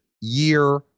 year